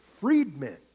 freedmen